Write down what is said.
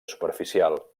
superficial